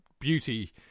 beauty